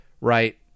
right